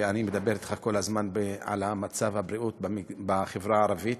ואני מדבר אתך כל הזמן על מצב הבריאות בחברה הערבית.